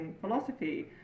philosophy